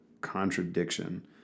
contradiction